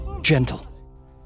gentle